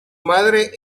madre